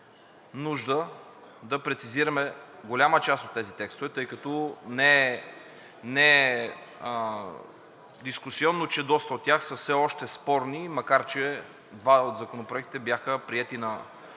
нужда да прецизираме голяма част от тези текстове, тъй като не е дискусионно, че доста от тях са все още спорни, макар че два от законопроектите бяха приети на